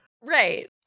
Right